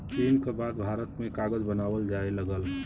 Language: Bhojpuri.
चीन क बाद भारत में कागज बनावल जाये लगल